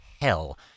hell